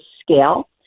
scale